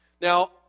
Now